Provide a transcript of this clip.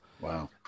Wow